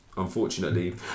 Unfortunately